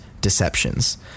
Deceptions